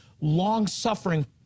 long-suffering